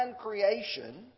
creation